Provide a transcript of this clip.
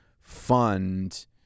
fund